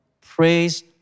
Praise